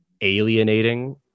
alienating